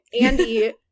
Andy